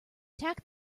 tack